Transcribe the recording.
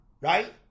right